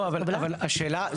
השאלה,